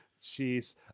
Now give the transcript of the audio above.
Jeez